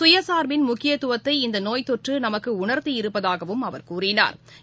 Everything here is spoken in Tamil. சுயசா்பின் முக்கியத்துவத்தை இந்தநோய்த்தொற்றுநமக்குஉணா்த்தி இருப்பதாகவும் அவா் கூறினாா்